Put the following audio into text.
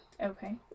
Okay